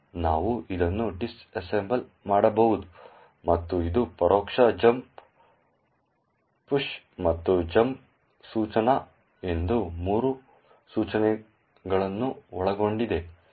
ನಾವು ಇದನ್ನು ಡಿಸ್ಅಸೆಂಬಲ್ ಮಾಡಬಹುದು ಮತ್ತು ಇದು ಪರೋಕ್ಷ ಜಂಪ್ ಪುಶ್ ಮತ್ತು ಜಂಪ್ ಸೂಚನಾ ಎಂಬ ಮೂರು ಸೂಚನೆಗಳನ್ನು ಒಳಗೊಂಡಿದೆ ಎಂದು ನೋಡಬಹುದು